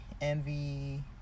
envy